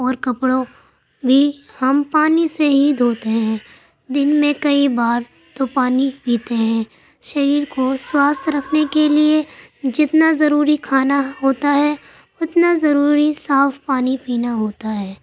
اور کپڑوں بھی ہم پانی سے ہی دھوتے ہیں دن میں کئی بار تو پانی پیتے ہیں شریر کو سواستھ رکھنے کے لیے جتنا ضروری کھانا ہوتا ہے اتنا ضروری صاف پانی پینا ہوتا ہے